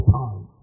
time